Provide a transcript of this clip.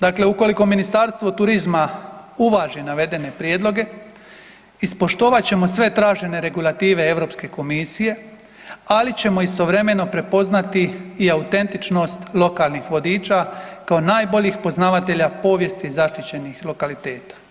Dakle, ukoliko Ministarstvo turizma uvaži navedene prijedloge ispoštovat ćemo sve tražene regulative Europske komisije, ali ćemo istovremeno prepoznati i autentičnost lokalnih vodiča kao najboljih poznavatelja povijesti zaštićenih lokaliteta.